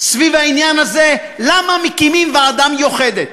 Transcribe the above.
סביב העניין הזה, למה מקימים ועדה מיוחדת.